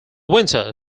winter